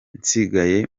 nsigaye